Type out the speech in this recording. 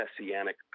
messianic